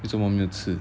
为什么没有吃